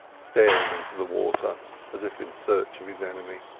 staring into the water as if in search of his enemy.